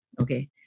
Okay